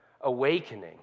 awakening